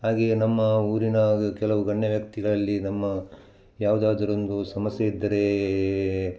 ಹಾಗೇ ನಮ್ಮ ಊರಿನ ಕೆಲವು ಗಣ್ಯವ್ಯಕ್ತಿಗಳಲ್ಲಿ ನಮ್ಮ ಯಾವುದಾದರೊಂದು ಸಮಸ್ಯೆ ಇದ್ದರೆ